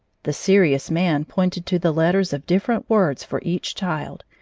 the serious man pointed to the letters of different words for each child,